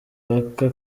mupaka